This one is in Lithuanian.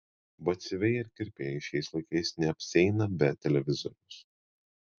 batsiuviai ir kirpėjai šiais laikais neapsieina be televizoriaus